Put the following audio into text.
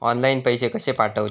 Online पैसे कशे पाठवचे?